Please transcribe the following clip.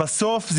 בסוף,